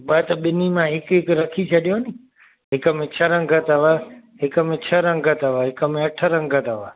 ॿ त ॿिन्ही मां हिकु हिकु रखी छॾियो न हिक में छह रंग अथव हिक में छह रंग अथव हिक में अठ रंग अथव